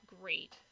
great